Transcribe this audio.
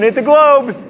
the globe!